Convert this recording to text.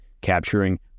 capturing